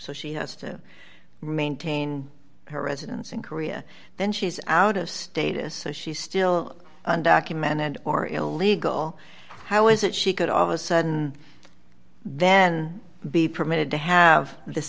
so she has to maintain her residence in korea then she is out of status so she still undocumented or illegal how is it she could all of a sudden then be permitted to have this